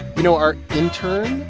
you know, our intern,